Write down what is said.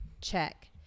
Check